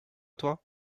toi